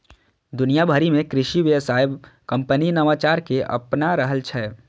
दुनिया भरि मे कृषि व्यवसाय कंपनी नवाचार कें अपना रहल छै